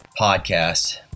podcast